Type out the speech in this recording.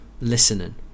listening